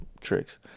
tricks